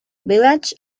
village